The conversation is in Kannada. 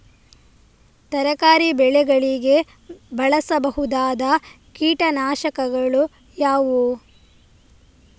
ತರಕಾರಿ ಬೆಳೆಗಳಿಗೆ ಬಳಸಬಹುದಾದ ಕೀಟನಾಶಕಗಳು ಯಾವುವು?